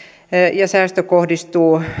ja säästö kohdistuu